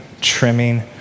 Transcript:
trimming